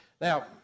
Now